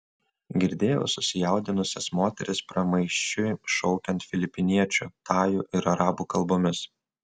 girdėjau susijaudinusias moteris pramaišiui šaukiant filipiniečių tajų ir arabų kalbomis